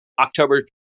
october